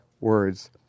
words